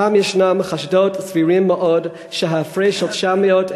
הפעם ישנם חשדות סבירים מאוד שההפרש של 923